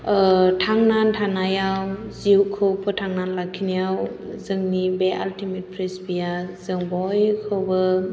थांनानै थानायाव जिउखौ फोथांनानै लाखिनायाव जोंनि बे आल्टिमेट फ्रिसबि आ जों बयखौबो